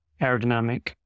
aerodynamic